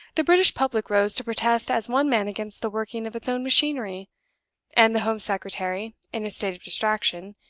the british public rose to protest as one man against the working of its own machinery and the home secretary, in a state of distraction,